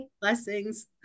Blessings